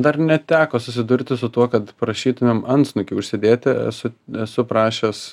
dar neteko susidurti su tuo kad prašytumėm antsnukį užsidėti esu esu prašęs